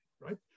Right